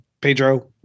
pedro